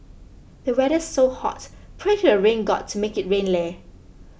the weather's so hot pray to the rain god to make it rain leh